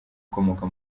ukomoka